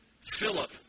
Philip